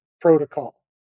protocol